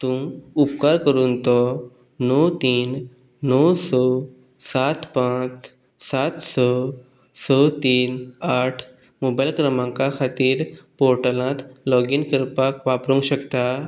तूं उपकार करून तो णव तीन णव स सात पांच सात स स तीन आठ मोबायल क्रमांका खातीर पोर्टलांत लॉगीन करपाक वापरूंक शकता